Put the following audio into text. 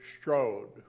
strode